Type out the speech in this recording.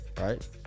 right